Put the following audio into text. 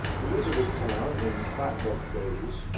elizabethtown, in flatboat days,